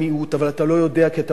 אבל אתה לא יודע כי אתה לא מברר,